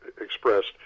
expressed